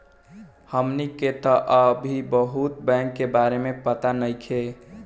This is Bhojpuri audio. हमनी के तऽ अभी बहुत बैंक के बारे में पाता नइखे